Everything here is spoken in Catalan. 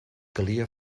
calia